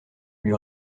lui